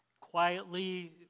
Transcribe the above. Quietly